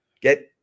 get